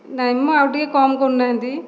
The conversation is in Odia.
ନାହିଁ ମ ଆଉ ଟିକେ କମ କରୁନାହାନ୍ତି